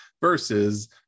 versus